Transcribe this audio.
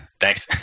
thanks